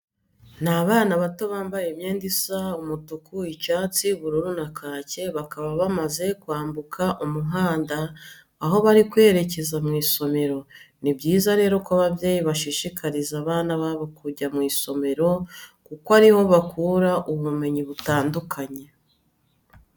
Ni abana bato bambaye imyenda isa umutuku, icyatsi, ubururu na kake, bakaba bamaze kwambuka umuhanda aho bari kwerekeza mu isomero. Ni byiza rero ko ababyeyi bashishikariza abana babo kujya mu isomore kuko ari ho bakura ubumenyi butandukanye.